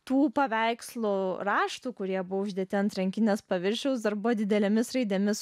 tų paveikslų raštų kurie buvo uždėti ant rankinės paviršiaus arba didelėmis raidėmis